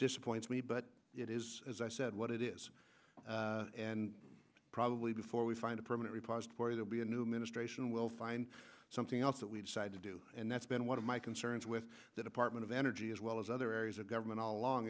disappoints me but it is as i said what it is and probably before we find a permanent repository there be a new ministration we'll find something else that we decide to do and that's been one of my concerns with the department of energy as well as other areas of government all along